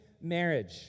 marriage